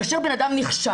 כאשר בן אדם נכשל,